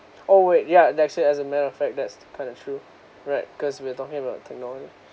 oh wait ya that actually is a matter of fact that's kind of true right because we are talking about techno~